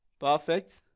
perfect